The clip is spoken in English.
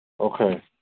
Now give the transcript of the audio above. Okay